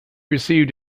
received